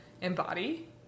embody